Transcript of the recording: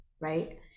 right